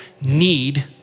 need